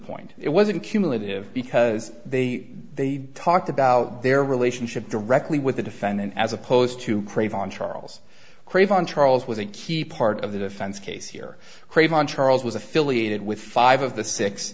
point it wasn't cumulative because they they talked about their relationship directly with the defendant as opposed to crave on charles craven charles was a key part of the defense case here craven charles was affiliated with five of the s